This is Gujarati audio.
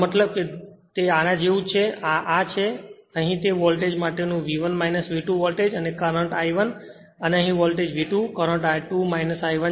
મારો મતલબ કે તે આ જેવું જ છેઆ આ જેવું છે અને અહીં તે આ એક વોલ્ટેજ માટેનું V1 V2 વોલ્ટેજ છે અને કરંટ I1 અને અહીં વોલ્ટેજ V2 કરંટ I2 I1 છે